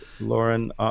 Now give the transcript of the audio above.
Lauren